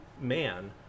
man